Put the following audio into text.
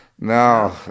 No